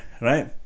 right